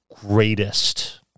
greatest